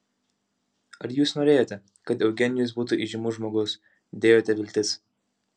ar jūs norėjote kad eugenijus būtų įžymus žmogus dėjote viltis